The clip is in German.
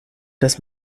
das